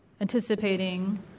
anticipating